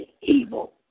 evil